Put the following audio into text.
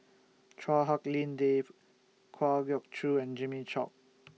Chua Hak Lien Dave Kwa Geok Choo and Jimmy Chok